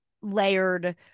layered